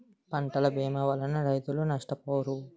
పంటల భీమా వలన రైతులు నష్టపోరు